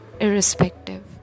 Irrespective